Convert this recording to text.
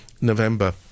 November